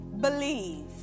believe